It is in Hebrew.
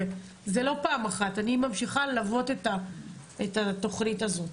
זה לא פעם אחת, אני ממשיכה ללוות את התוכנית הזאת.